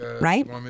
right